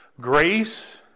grace